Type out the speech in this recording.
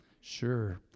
sure